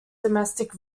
domestic